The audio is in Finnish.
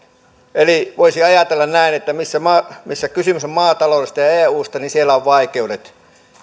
eli voisi ajatella näin että missä kysymys on maataloudesta ja ja eusta niin siellä on vaikeudet